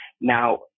Now